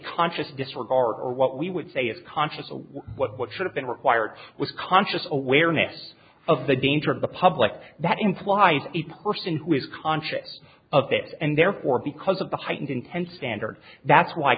conscious disregard or what we would say is conscious of what should have been required was conscious awareness of the danger to the public that implies a person who is conscious of it and therefore because of the heightened intent standard that's why